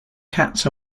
cats